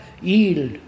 yield